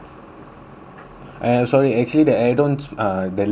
and sorry actually that I don't uh the leg space too